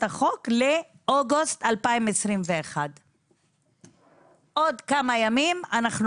החוק לאוגוסט 2021. עוד כמה ימים אנחנו